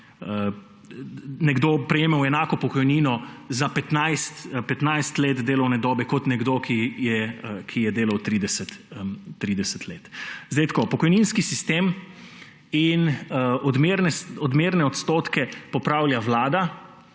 nekdo prejemal enako pokojnino za 15 let delovne dobe kot nekdo, ki je delal 30 let. Pokojninski sistem in odmerne odstotke popravlja Vlada